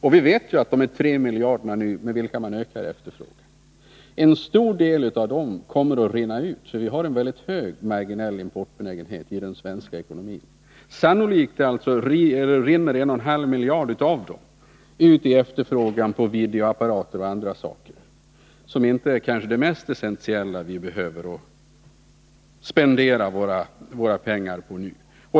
Vi vet att en stor del av de 3 miljarder med vilka man ökar efterfrågan kommer att rinna ut, eftersom vi har en väldigt hög marginell importbenägenhet i den svenska ekonomin. Sannolikt rinner 1,5 miljarder av dessa 3 miljarder ut i efterfrågan på videoapparater och andra saker som kanske inte är det mest essentiella som vi behöver spendera våra pengar på nu.